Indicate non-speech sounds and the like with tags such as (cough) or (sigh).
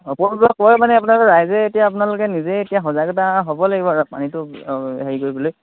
(unintelligible) কয় মানে আপোনালোকে ৰাইজে এতিয়া আপোনালোকে নিজেই এতিয়া সজাগতা হ'ব লাগিব আৰু পানীটো হেৰি কৰিবলৈ